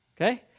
Okay